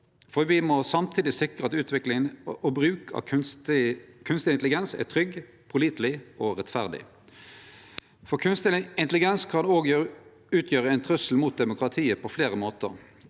for me må samtidig sikre at utvikling og bruk av kunstig intelligens er trygt, påliteleg og rettferdig. Kunstig intelligens kan òg utgjere ein trussel mot demokratiet på fleire måtar.